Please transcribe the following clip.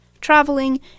traveling